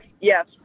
yes